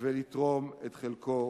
ולתרום את חלקו